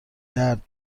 درد